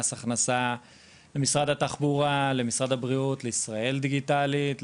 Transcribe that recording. יהיו לך הודעות באזור האישי שיגיע לך גם בסמס,